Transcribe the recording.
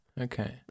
Okay